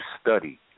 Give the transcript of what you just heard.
study